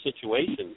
situation